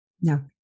No